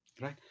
Right